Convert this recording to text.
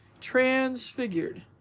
Transfigured